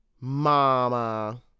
mama